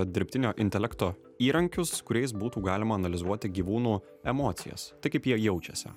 dirbtinio intelekto įrankius kuriais būtų galima analizuoti gyvūnų emocijas tai kaip jie jaučiasi